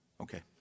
Okay